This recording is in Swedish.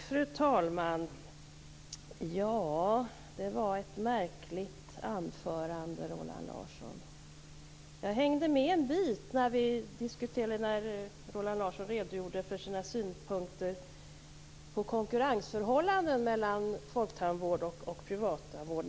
Fru talman! Det var ett märkligt anförande, Roland Larsson. Jag hängde med en bit, när Roland Larsson redogjorde för sina synpunkter på konkurrensförhållandena mellan folktandvård och privattandvård.